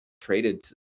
traded